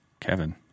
Kevin